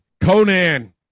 Conan